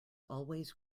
always